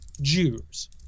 Jews